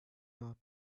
not